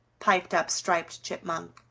piped up striped chipmunk.